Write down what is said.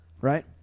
right